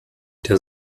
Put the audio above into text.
der